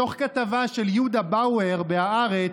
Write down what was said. מתוך כתבה של יהודה באואר בהארץ,